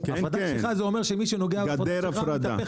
וזה אומר שמי שנוגע בהפרדה הקשיחה,